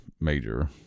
major